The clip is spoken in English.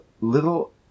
little